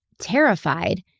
terrified